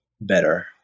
better